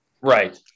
right